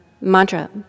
mantra